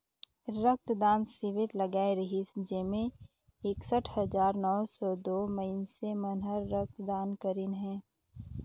रक्त दान सिविर लगाए रिहिस जेम्हें एकसठ हजार नौ सौ दू मइनसे मन हर रक्त दान करीन हे